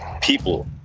people